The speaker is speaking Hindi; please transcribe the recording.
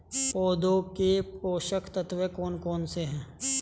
पौधों के पोषक तत्व कौन कौन से हैं?